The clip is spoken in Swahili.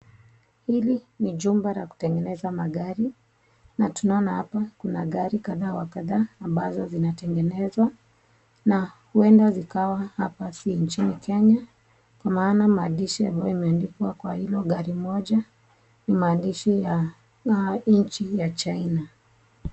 Hili ni jumba la kutengeneza magari. Na tunaona hapa magari kadha wa kadha ambazo zinatengenezwa na huenda zikawa hapa si nchni ya Kenya. Kwa maana maandishi ambayo yameandikwa kwa hilo gari moja ni maandishi ya nchi ya China.